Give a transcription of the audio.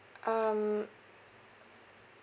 um